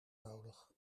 nodig